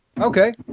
okay